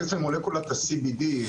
מולקולת ה-CBD.